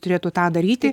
turėtų tą daryti